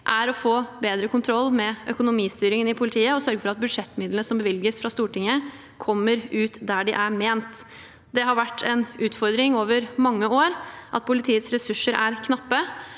er å få bedre kontroll med økonomistyringen i politiet og å sørge at budsjettmidlene som bevilges fra Stortinget, kommer ut der de er ment. Det har vært en utfordring over mange år at politiets ressurser er knappe,